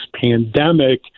pandemic